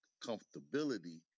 comfortability